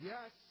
Yes